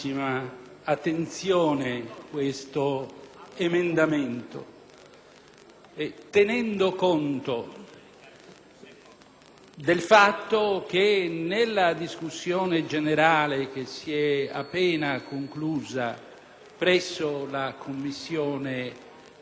del fatto che nella discussione generale appena conclusasi presso la Commissione parlamentare antimafia il tema della tutela dei testimoni di giustizia